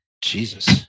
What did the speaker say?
Jesus